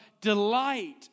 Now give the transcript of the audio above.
delight